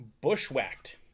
Bushwhacked